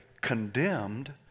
condemned